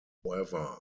however